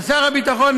על שר הביטחון,